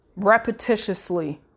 repetitiously